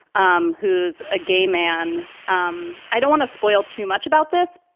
um who's a gay man. um i don't want to spoil too much about this,